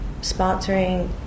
sponsoring